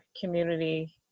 community